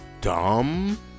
dumb